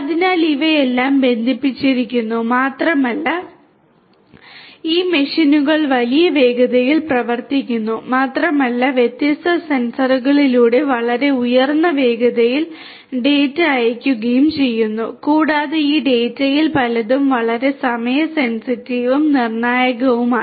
അതിനാൽ ഇവയെല്ലാം ബന്ധിപ്പിച്ചിരിക്കുന്നു മാത്രമല്ല ഈ മെഷീനുകൾ വലിയ വേഗതയിൽ പ്രവർത്തിക്കുന്നു മാത്രമല്ല അവ വ്യത്യസ്ത സെൻസറുകളിലൂടെ വളരെ ഉയർന്ന വേഗതയിൽ ഡാറ്റ അയയ്ക്കുകയും ചെയ്യുന്നു കൂടാതെ ഈ ഡാറ്റയിൽ പലതും വളരെ സമയ സെൻസിറ്റീവും നിർണായകവുമാണ്